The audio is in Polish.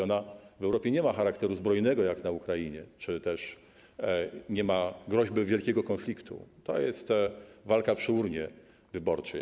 Ona w Europie nie ma charakteru zbrojnego jak na Ukrainie czy też nie ma groźby wielkiego konfliktu - to jest walka przy urnie wyborczej.